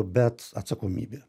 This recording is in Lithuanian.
bet atsakomybė